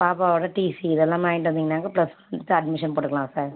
பாப்பாவோட டிசி இதெல்லாமே வாங்கிகிட்டு வந்தீங்கன்னாக்கா ப்ளஸ் ஒன்க்கு அட்மிஷன் போட்டுக்கலாம் சார்